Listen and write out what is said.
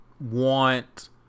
want